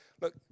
Look